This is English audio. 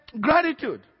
gratitude